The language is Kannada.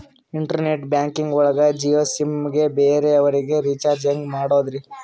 ಇಂಟರ್ನೆಟ್ ಬ್ಯಾಂಕಿಂಗ್ ಒಳಗ ಜಿಯೋ ಸಿಮ್ ಗೆ ಬೇರೆ ಅವರಿಗೆ ರೀಚಾರ್ಜ್ ಹೆಂಗ್ ಮಾಡಿದ್ರಿ?